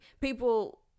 people